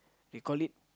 they call it